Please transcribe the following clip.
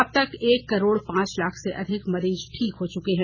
अब तक एक करोड पांच लाख से अधिक मरीज ठीक हो चुके हैं